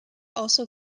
also